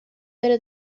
بره